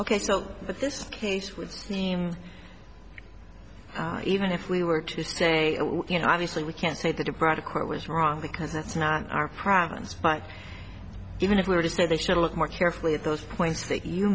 ok so but this case would seem even if we were to say you know obviously we can't say that it brought a court was wrong because that's not our province but even if we were to say they should look more carefully at those points that you